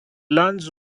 lands